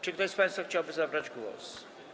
Czy ktoś z państwa chciałby zabrać głos?